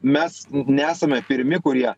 mes nesame pirmi kurie